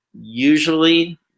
usually